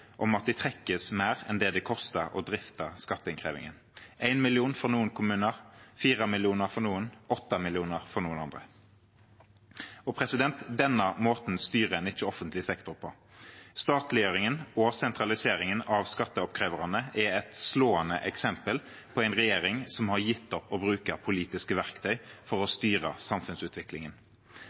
om at de trekkes mer enn det det koster å drifte skatteinnkrevingen – 1 mill. kr for noen kommuner, 4 mill. kr for noen, 8 mill. kr for noen andre. Denne måten styrer en ikke offentlig sektor på. Statliggjøringen og sentraliseringen av skatteoppkreverne er et slående eksempel på en regjering som har gitt opp å bruke politiske verktøy for å styre samfunnsutviklingen.